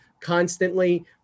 constantly